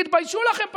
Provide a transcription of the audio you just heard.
תתביישו לכם פשוט.